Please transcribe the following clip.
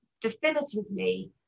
definitively